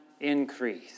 increase